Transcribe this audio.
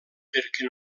perquè